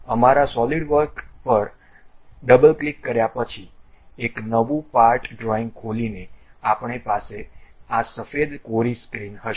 તેથી અમારા સોલિડવર્ક્સ પર ડબલ ક્લિક કર્યા પછી એક નવું પાર્ટ ડ્રોઇંગ ખોલીને આપણી પાસે આ સફેદ કોરી સ્ક્રીન હશે